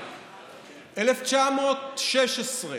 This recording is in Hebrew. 1916. תודה.